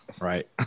right